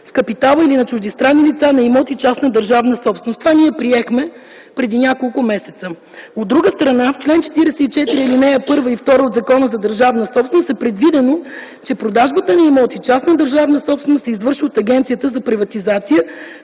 в капитала или на чуждестранни лица на имоти – частна държавна собственост”. Това приехме преди няколко месеца. От друга страна, в чл. 44, ал. 1 и 2 от Закона за държавната собственост е предвидено, че продажбата на имоти - частна държавна собственост, се извършва от Агенцията за приватизация